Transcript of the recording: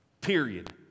Period